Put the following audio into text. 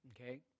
okay